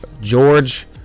george